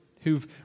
who've